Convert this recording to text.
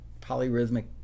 polyrhythmic